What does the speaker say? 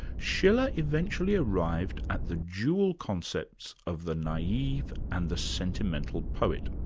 schiller eventually arrived at the dual concepts of the naive and the sentimental poet.